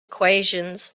equations